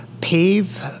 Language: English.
pave